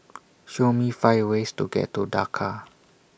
Show Me five ways to get to Dhaka